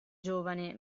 giovane